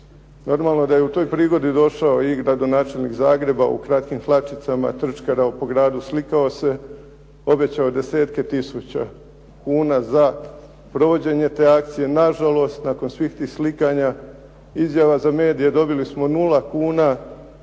Normalno je da je u toj prigodi došao i gradonačelnik Zagreba u kratkim hlačama, trčkarao po gradu, slikao se, obećao desetke tisuća kuna za provođenje te akcije. Nažalost, nakon svih tih slikanja, izjava za medije, dobili smo 0 kuna,